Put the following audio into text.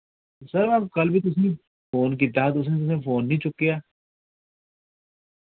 sir में कल वि तुसें फोन कीत्ता हा तुसें तुसें फोन निं चुकेया